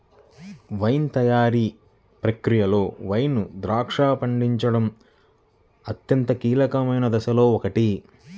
wine తయారీ ప్రక్రియలో wine ద్రాక్ష పండించడం అత్యంత కీలకమైన దశలలో ఒకటి